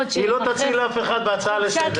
-- -חופשת לידה --- היא לא תציל אף אחד בהצעה לסדר.